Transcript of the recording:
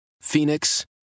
Phoenix